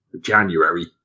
january